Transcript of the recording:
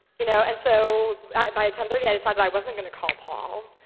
you know and so by ten thirty i decided i wasn't going to call paul